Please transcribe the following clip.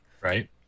Right